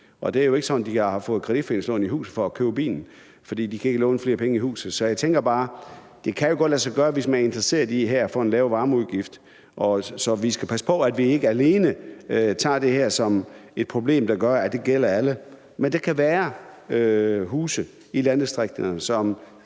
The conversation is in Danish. det er jo ikke sådan, at de har taget et kreditforeningslån i huset for at købe bilen, fordi de ikke kan låne flere penge i huset. Så jeg tænker bare, at det godt kan lade sig gøre, hvis man er interesseret i at få en lav varmeudgift. Så vi skal passe på, at vi ikke alene ser det her som et problem, der gælder alle. Men der kan være huse i landdistrikterne, som